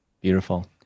Beautiful